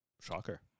Shocker